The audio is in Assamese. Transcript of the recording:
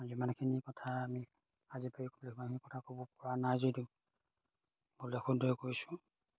যিমানখিনি কথা আমি সাজি পাৰি ক'লোঁ সিমানখিনি কথা ক'ব পৰা নাই যদিও ভুলে শুদ্ধই কৈছোঁ